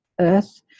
Earth